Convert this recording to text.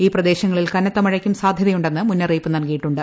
ഈ പ്രദേശങ്ങളിൽ കനത്ത മഴയ്ക്കും സാധ്യതയുണ്ടെന്ന് മുന്നറിയിപ്പ് നൽകിയിട്ടുണ്ട്